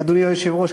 אדוני היושב-ראש,